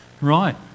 Right